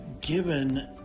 given